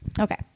Okay